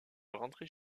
rentrer